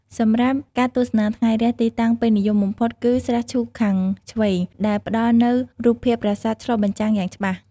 សម្រាប់ការទស្សនា ថ្ងៃរះ ទីតាំងពេញនិយមបំផុតគឺ ស្រះឈូកខាងឆ្វេង ដែលផ្តល់នូវរូបភាពប្រាសាទឆ្លុះបញ្ចាំងយ៉ាងច្បាស់។